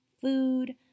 food